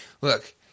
Look